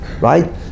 right